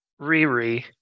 Riri